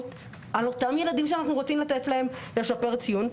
על אותם ילדים שאנחנו רוציך לתת להם לשפר ציון,